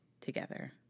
together